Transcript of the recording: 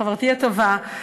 חברתי הטובה,